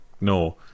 no